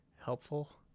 Helpful